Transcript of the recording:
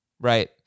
Right